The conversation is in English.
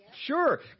Sure